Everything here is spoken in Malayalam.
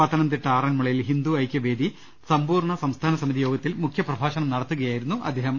പത്തനംതിട്ട ആറന്മുളയിൽ ഹിന്ദു ഐക്യവേദി സമ്പൂർണ്ണ സംസ്ഥാന സമിതി യോഗത്തിൽ മുഖൃപ്രഭാഷണം നടത്തുകയായിരുന്നു അദ്ദേഹം